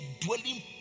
dwelling